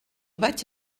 vaig